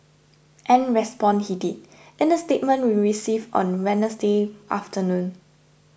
and respond he did in a statement we received on Wednesday afternoon